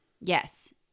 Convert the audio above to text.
yes